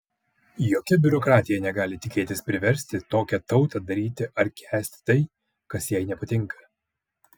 jokia biurokratija negali tikėtis priversti tokią tautą daryti ar kęsti tai kas jai nepatinka